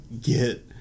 get